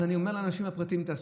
אז אני אומר לאנשים הפרטיים: תעשו?